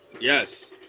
Yes